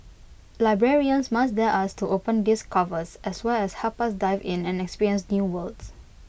librarians must dare us to open these covers as well as help us dive in and experience new worlds